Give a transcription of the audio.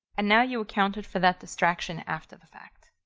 and now you accounted for that distraction after the fact.